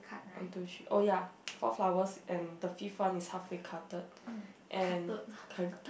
one two three oh ya four flowers and the fifth one is halfway cutted and